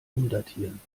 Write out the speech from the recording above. umdatieren